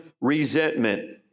resentment